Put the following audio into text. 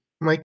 Mike